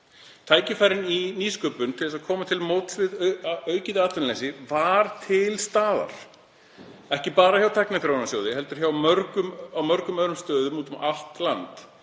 Tækifærin í nýsköpun til þess að koma til móts við aukið atvinnuleysi var því til staðar, ekki bara hjá Tækniþróunarsjóði heldur á svo mörgum stöðum úti um allt land.